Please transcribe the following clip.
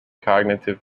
cognitive